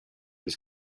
his